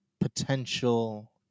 potential